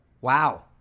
Wow